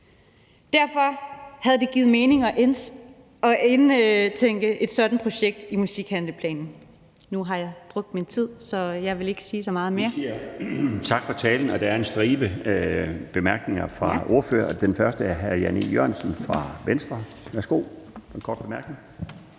Derfor havde det givet mening at indtænke et sådant projekt i musikhandleplanen. Nu har jeg brugt min tid, så jeg vil ikke sige så meget mere.